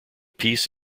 piece